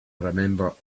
remember